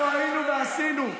אנחנו היינו ועשינו.